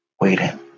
waiting